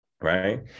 Right